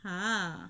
!huh!